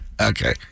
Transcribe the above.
Okay